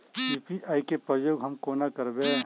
UPI केँ प्रयोग हम कोना करबे?